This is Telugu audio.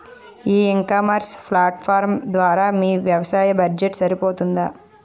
ఈ ఇకామర్స్ ప్లాట్ఫారమ్ ధర మీ వ్యవసాయ బడ్జెట్ సరిపోతుందా?